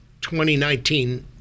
2019